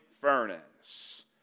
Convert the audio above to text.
furnace